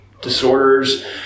disorders